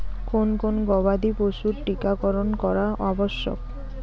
কোন কোন গবাদি পশুর টীকা করন করা আবশ্যক?